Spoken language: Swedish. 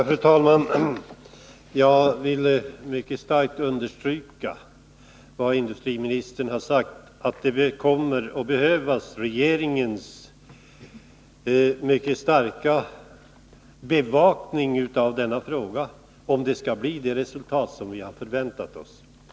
Fru talman! Jag vill mycket 'starkt understryka vad industriministern har sagt, att regeringens mycket starka bevakning av den här frågan kommer att behövas, om det skall bli det resultat som vi förväntar oss.